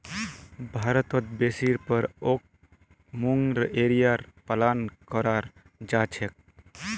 भारतत बेसी पर ओक मूंगा एरीर पालन कराल जा छेक